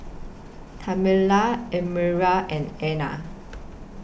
Tamela Elmyra and Ana